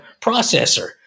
processor